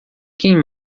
quem